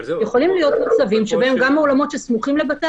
יכולים להיות מצבים שבהם גם האולמות שסמוכים לבתי